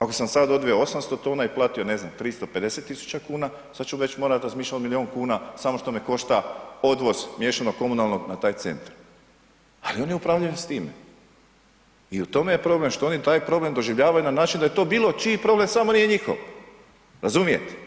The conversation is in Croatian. Ako sam sad odveo 800 tona i platio, ne znam, 350 000 kuna, sad ću već morat razmišljat o milijun kuna samo što me košta odvoz miješanog komunalnog na taj centar ali oni upravljaju s time i u tome je problem, što oni taj problem doživljavaju na način da je to bilo čiji problem samo ne njihov, razumijete?